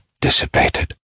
dissipated